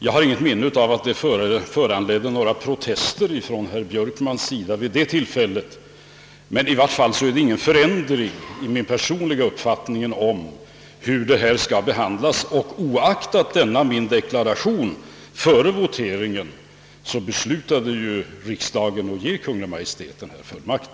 Jag har inget minne av att detta föranledde några protester från herr Björkman vid det tillfället, och i varje fall har ingen ändring skett i min personliga uppfattning om hur dispensgivningen skall ske, Oaktat min deklaration före voteringen beslöt alltså riksdagen att ge Kungl. Maj:t denna fullmakt.